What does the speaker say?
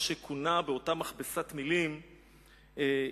מה שכונה באותה מכבסת מלים "התנתקות".